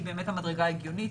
שהיא באמת המדרגה ההגיונית,